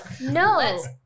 no